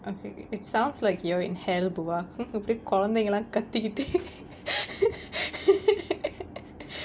okay it sounds like you're in hell buwak அப்படி கொழந்தைகலாம் கத்திகிட்டு:appadi kolanthaikalaam kathikittu